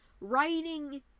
writing